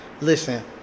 listen